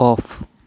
off